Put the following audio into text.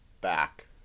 back